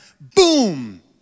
boom